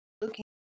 looking